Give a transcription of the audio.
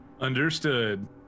Understood